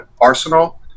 Arsenal